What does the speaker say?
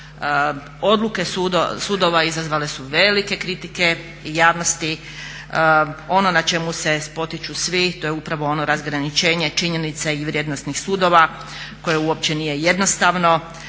Odluke sudova izazvale su velike kritike javnosti. Ono na čemu se spotiču svi to je upravo ono razgraničenje činjenica i vrijednosnih sudova koje uopće nije jednostavno,